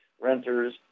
renters